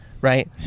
right